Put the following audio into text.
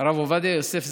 הרב עובדיה יוסף,